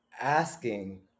asking